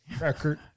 record